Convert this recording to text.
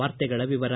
ವಾರ್ತೆಗಳ ವಿವರ